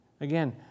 Again